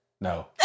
No